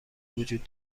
وجود